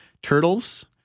Turtles